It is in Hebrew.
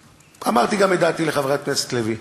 אמרתי גם את דעתי לחברת הכנסת לוי,